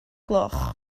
gloch